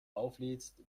auflädst